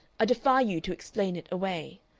defy you to explain it away.